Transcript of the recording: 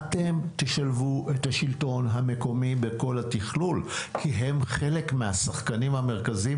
אתם תשלבו את השלטון המקומי בכל התכלול כי הם חלק מהשחקנים המרכזיים.